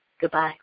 Goodbye